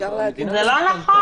זה לא נכון.